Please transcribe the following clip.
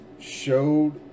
Showed